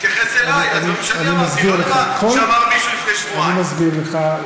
תתייחס אלי, לדברים שאני אמרתי, אני מסביר לך.